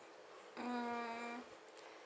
mm